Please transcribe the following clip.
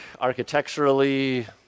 architecturally